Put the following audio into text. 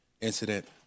incident